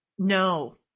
No